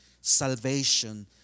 Salvation